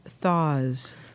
thaws